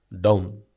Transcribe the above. down